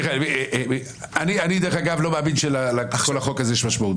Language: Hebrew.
דרך אגב, אני לא מאמין שלכל החוק הזה יש משמעות.